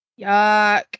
Yuck